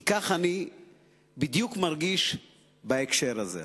כי כך אני בדיוק מרגיש בהקשר הזה,